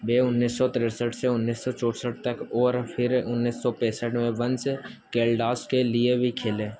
वे उन्नीस सौ तिरसठ से उन्नीस सौ चौंसठ तक और फिर उन्नीस सौ पैंसठ में वन्स कैलडास के लिए भी खेले